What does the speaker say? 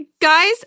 Guys